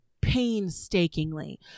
painstakingly